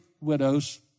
widows